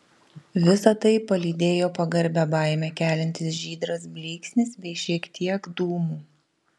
visa tai palydėjo pagarbią baimę keliantis žydras blyksnis bei šiek tiek dūmų